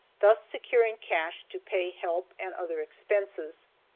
thus securing cash to pay help and other expenses.